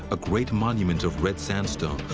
a great monument of red sandstone,